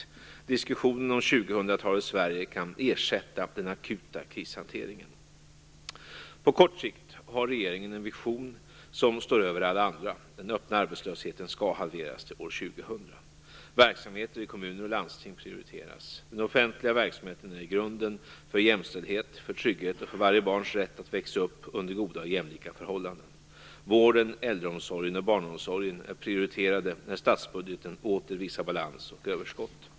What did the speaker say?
Diskussionen om 2000-talets Sverige kan ersätta den akuta krishanteringen. På kort sikt har regeringen en vision som står över alla andra. Den öppna arbetslösheten skall halveras till år 2000. Verksamheten i kommuner och landsting prioriteras. Den offentliga verksamheten är grunden för jämställdhet, för trygghet och för varje barns rätt att växa upp under goda och jämlika förhållanden. Vården, äldreomsorgen och barnomsorgen är prioriterade när statsbudgeten åter visar balans och överskott.